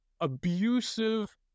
Abusive